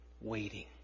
waiting